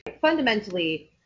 Fundamentally